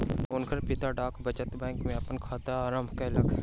हुनकर पिता डाक बचत बैंक में अपन खाता के आरम्भ कयलैन